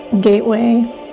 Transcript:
Gateway